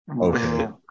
Okay